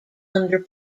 under